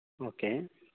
okay